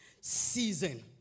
season